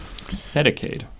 Medicaid